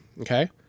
Okay